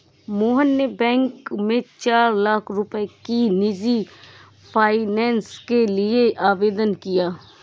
मोहन ने बैंक में चार लाख रुपए की निजी फ़ाइनेंस के लिए आवेदन किया है